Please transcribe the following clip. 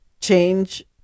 change